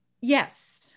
Yes